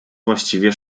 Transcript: właściwie